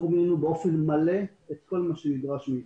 אנחנו מילאנו באופן מלא את כל מה שנדרש מאתנו.